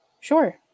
Sure